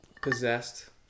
possessed